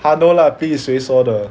!huh! no lah please 谁说的